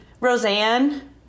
Roseanne